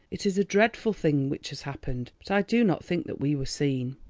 it is a dreadful thing which has happened, but i do not think that we were seen.